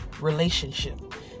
relationship